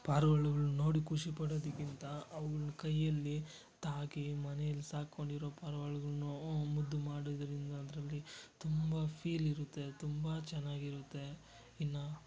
ಪಾರಿವಾಳಗಳ್ನ ನೋಡಿ ಖುಷಿಪಡೋದಕ್ಕಿಂತ ಅವ್ಗಳನ್ನ ಕೈಯಲ್ಲಿ ತಾಗಿ ಮನೆಯಲ್ ಸಾಕೊಂಡು ಇರೋ ಪಾರಿವಾಳಗಳ್ನು ಹ್ಞೂ ಮುದ್ದು ಮಾಡೋದ್ರಿಂದ ಅದರಲ್ಲಿ ತುಂಬ ಫೀಲ್ ಇರುತ್ತೆ ತುಂಬ ಚೆನ್ನಾಗಿರುತ್ತೆ ಇನ್ನು